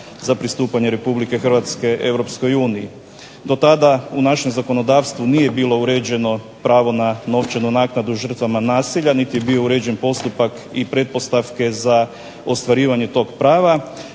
za pristupanje Republike Hrvatske Europskoj uniji. Dotada u našem zakonodavstvu nije bilo uređeno pravo na novčanu naknadu žrtvama nasilja niti je bio uređen postupak i pretpostavke za ostvarivanje tog prava.